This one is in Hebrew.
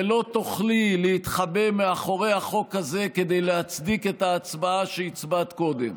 ולא תוכלי להתחבא מאחורי החוק הזה כדי להצדיק את ההצבעה שהצבעת קודם.